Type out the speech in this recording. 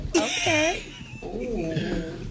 Okay